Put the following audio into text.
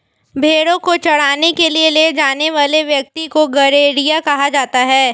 भेंड़ों को चराने के लिए ले जाने वाले व्यक्ति को गड़ेरिया कहा जाता है